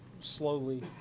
slowly